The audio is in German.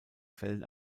fällen